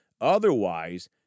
Otherwise